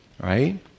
right